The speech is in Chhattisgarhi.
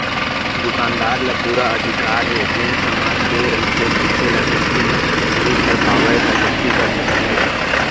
दुकानदार ल पुरा अधिकार हे जेन समान देय रहिथे मनसे ल किस्ती म नइ भर पावय त जब्ती कर सकत हे